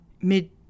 mid